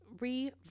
re